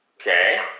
Okay